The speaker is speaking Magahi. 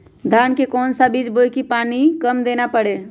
धान का कौन सा बीज बोय की पानी कम देना परे?